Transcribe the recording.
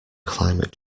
climate